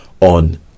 on